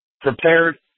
prepared